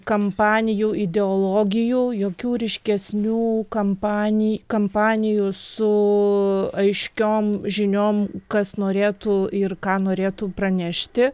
kampanijų ideologijų jokių ryškesnių kampanijai kampanijų su aiškiom žiniom kas norėtų ir ką norėtų pranešti